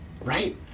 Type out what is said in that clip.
right